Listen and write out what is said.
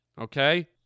okay